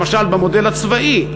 למשל במודל הצבאי,